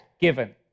given